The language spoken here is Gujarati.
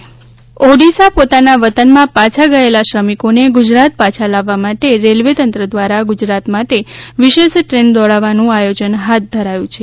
ઓડિશાથી ખાસ ટ્રેન ઓડિશા પોતાના વતનમાં પાછા ગયેલા શ્રમિકો ને ગુજરાત પાછા લાવવા માટે રેલ્વે તંત્ર દ્વારા ગુજરાત માટે વિશેષ ટ્રેન દોડાવવાનું આયોજન હાથ ધરાયું છે